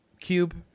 cube